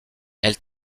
elle